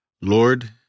Lord